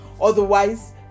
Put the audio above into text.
Otherwise